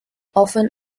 often